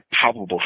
palpable